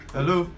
Hello